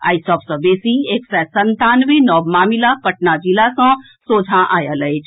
आइ सभ सॅ बेसी एक सय संतानवे नव मामिला पटना जिला सॅ सोझा आयल अछि